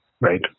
Right